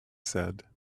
said